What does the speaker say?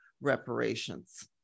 reparations